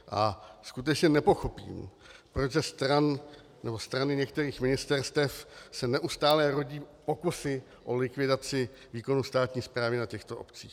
A skutečně nepochopím, proč ze stran nebo strany některých ministerstev se neustále rodí pokusy o likvidaci výkonu státní správy na těchto obcích.